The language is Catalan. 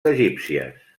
egípcies